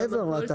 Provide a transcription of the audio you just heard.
מעבר לתחרות.